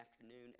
afternoon